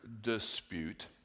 dispute